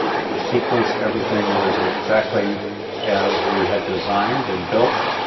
it was sequenced. everything was exactly as we had designed and built.